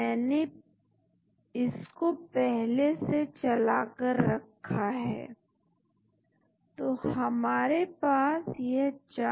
तो आप कैसे समानता की गणना करेंगे मॉलिक्यूलर समानता की गणना करने का प्रमाणित तरीका समानता खोजना क्लस्टरिंग डायवर्सिटी एनालिसिस